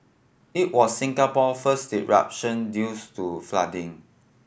it was Singapore first disruption due to flooding